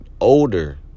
older